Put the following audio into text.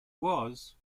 was